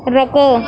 رکو